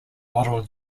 model